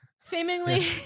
seemingly